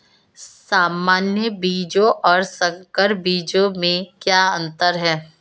सामान्य बीजों और संकर बीजों में क्या अंतर है?